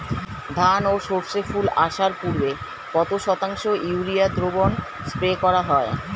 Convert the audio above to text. ধান ও সর্ষে ফুল আসার পূর্বে কত শতাংশ ইউরিয়া দ্রবণ স্প্রে করা হয়?